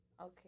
Okay